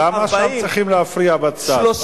למה שם צריכים להפריע בצד?